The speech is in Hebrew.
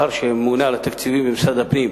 לאחר שהממונה על התקציבים במשרד הפנים,